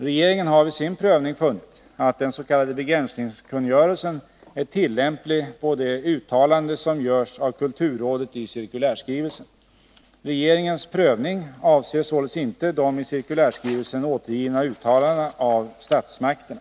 Regeringen har vid sin prövning funnit att den s.k. begränsningskungörelsen är tillämplig på det uttalande som görs av kulturrådet i cirkulärskrivelsen. Regeringens prövning avser således inte de i cirkulärskrivelsen återgivna uttalandena av statsmakterna.